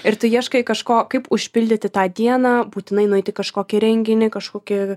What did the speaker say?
ir tu ieškai kažko kaip užpildyti tą dieną būtinai nueiti į kažkokį renginį kažkokį